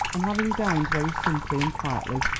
and having dined very simply and quietly,